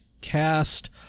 cast